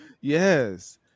Yes